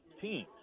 team